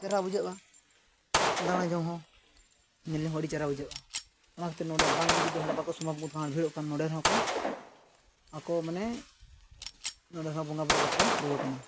ᱪᱮᱦᱨᱟ ᱵᱩᱡᱷᱟᱹᱜᱼᱟ ᱫᱟᱬᱟ ᱡᱚᱝ ᱦᱚᱸ ᱧᱮᱞ ᱦᱚᱸ ᱟᱹᱰᱤ ᱪᱮᱦᱨᱟ ᱵᱩᱡᱷᱟᱹᱜᱼᱟ ᱚᱱᱟ ᱠᱷᱟᱹᱛᱤᱨ ᱱᱚᱰᱮ ᱵᱟᱝ ᱡᱩᱫᱤ ᱦᱟᱸᱰᱮ ᱵᱟᱠᱚ ᱥᱟᱦᱚᱵᱚᱜ ᱠᱷᱟᱱ ᱵᱷᱤᱲᱩᱜ ᱠᱷᱟᱱ ᱱᱚᱰᱮ ᱦᱚᱸᱠᱚ ᱟᱠᱚ ᱢᱟᱱᱮ ᱱᱚᱰᱮ ᱦᱚᱸ ᱵᱚᱸᱜᱟ ᱵᱳᱨᱳ ᱠᱟᱛᱮ ᱦᱚᱸᱠᱚ ᱨᱩᱣᱟᱹᱲ ᱠᱟᱱᱟ